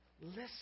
Listen